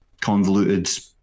convoluted